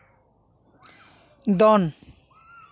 ᱫᱚᱱ